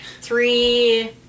three